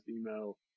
email